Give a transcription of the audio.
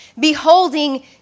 beholding